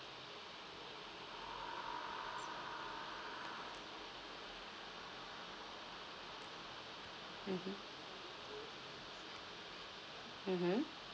mmhmm mmhmm